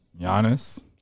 Giannis